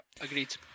Agreed